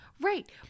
Right